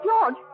George